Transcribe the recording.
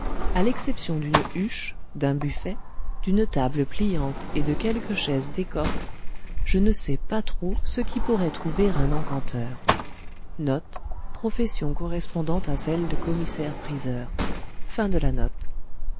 a l'exception d'une huche d'un buffet d'une table pliante et de quelques chaises d'écorce je ne sais pas trop ce qu'y pourrait trouver un encanteur